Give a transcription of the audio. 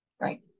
Right